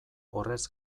horrez